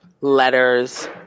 letters